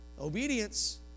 Obedience